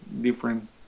different